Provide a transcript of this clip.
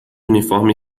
uniforme